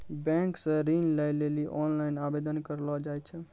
bank से ऋण लै लेली ओनलाइन आवेदन करलो जाय छै